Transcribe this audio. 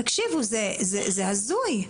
תקשיבו, זה הזוי.